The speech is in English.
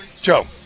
Joe